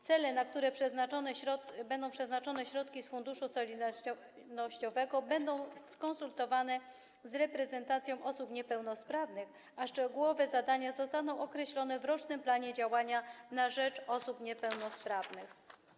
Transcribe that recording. Cele, na które będą przeznaczone środki z funduszu solidarnościowego, będą skonsultowane z reprezentacją osób niepełnosprawnych, a szczegółowe zadania zostaną określone w rocznym planie działania na rzecz osób niepełnosprawnych.